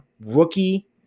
rookie